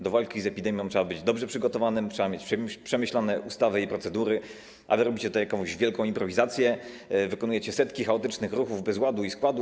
Do walki z epidemią trzeba być dobrze przygotowanym, trzeba mieć przemyślane ustawy i procedury, a wy robicie jakąś wielką improwizację, wykonujecie setki chaotycznych ruchów bez ładu i składu.